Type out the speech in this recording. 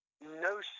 no